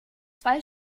zwei